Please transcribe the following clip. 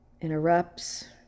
Interrupts